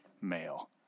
male